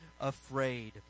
afraid